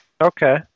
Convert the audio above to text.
Okay